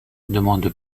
demande